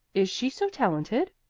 is she so talented?